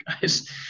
guys